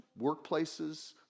workplaces